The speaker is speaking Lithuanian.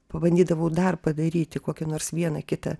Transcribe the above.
pabandydavau dar padaryti kokį nors vieną kitą